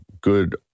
good